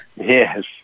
Yes